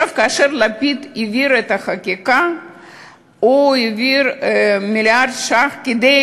כאשר לפיד העביר את החקיקה הוא העביר מיליארד שקל כדי